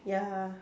ya